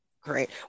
great